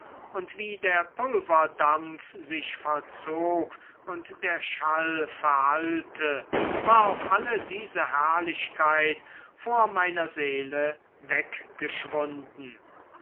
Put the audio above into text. und wie der pulverdampf sich verzog und der schall verhallte war auch alle diese herrlichkeit vor meiner seele weggeschwunden